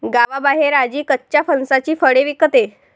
गावाबाहेर आजी कच्च्या फणसाची फळे विकते